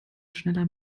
schneller